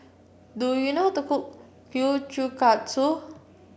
do you know how to cook Kiuchukatsu